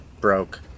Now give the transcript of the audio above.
broke